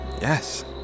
Yes